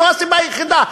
זו הסיבה היחידה.